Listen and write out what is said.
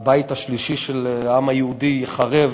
הבית השלישי של העם היהודי, ייחרב